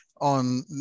on